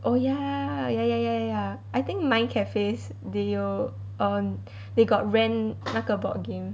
oh ya ya ya ya ya ya I think mind cafes they 有 um they got rent 那个 board game